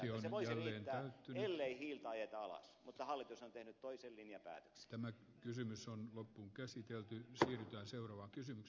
se voisi riittää ellei hiiltä ajeta alas mutta hallitus on tehnyt toisen linjapäätöksenmme kysymys on loppuun käsitelty selittää seuraava linjapäätöksen